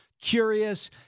curious